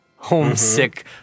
Homesick